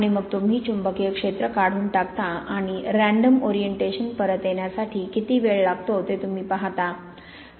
आणि मग तुम्ही चुंबकीय क्षेत्र काढून टाकता आणि रँडम ओरिएंटेशन परत येण्यासाठी किती वेळ लागतो ते तुम्ही पाहता